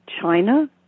China